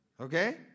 okay